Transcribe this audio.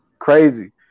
crazy